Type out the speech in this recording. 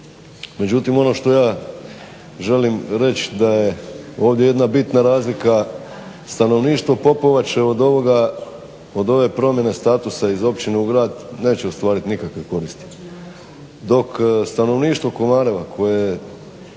Međutim ono što ja želim reći da je ovdje jedna bitna razlika, stanovništvo Popovače od ove promjene statusa iz općine u grad neće ostvariti nikakve koristi. Dok stanovništvo Komareva koje